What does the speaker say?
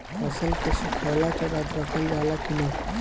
फसल के सुखावला के बाद रखल जाला कि न?